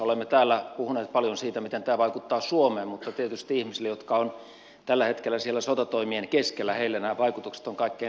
olemme täällä puhuneet paljon siitä miten tämä vaikuttaa suomeen mutta tietysti ihmisille jotka ovat tällä hetkellä siellä sotatoimien keskellä nämä vaikutukset ovat kaikkein dramaattisimpia